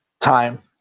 Time